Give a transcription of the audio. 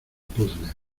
puzle